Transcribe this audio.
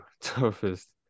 toughest